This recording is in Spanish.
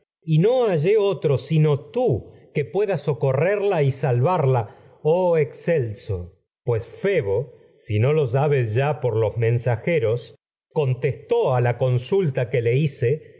y y hallé otro sino oh tú que socorrerla salvarla excelso pues febo si consulta lo sabes le ya por los mensajeros el único contestó a la a que hice